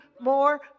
more